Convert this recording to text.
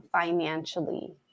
financially